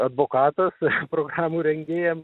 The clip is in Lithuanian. advokatas programų rengėjams